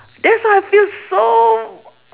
that's how I feel so